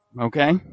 Okay